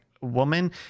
woman